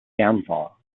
downfall